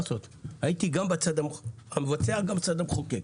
הייתי גם בצד המבצע וגם בצד המחוקק.